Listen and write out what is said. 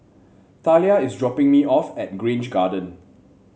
Thalia is dropping me off at Grange Garden